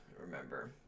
remember